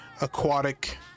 aquatic